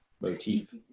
motif